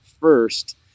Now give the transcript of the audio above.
first